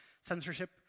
censorship